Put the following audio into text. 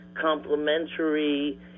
complementary